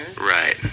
right